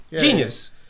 Genius